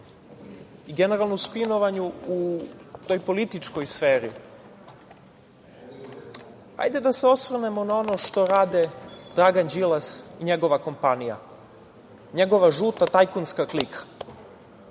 generalno o spinovanju u toj političkoj sferi, hajde da se osvrnemo na ono što rade Dragan Đilas i njegova kompanija, njegova žuta tajkunska klika.